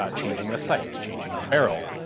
ah changing the sights, changing the barrel,